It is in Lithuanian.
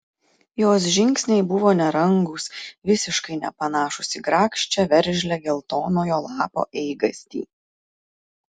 jos žingsniai buvo nerangūs visiškai nepanašūs į grakščią veržlią geltonojo lapo eigastį